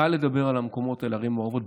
קל לדבר על ערים מעורבות,